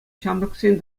ҫамрӑксен